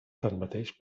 tanmateix